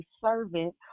servant